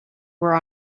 were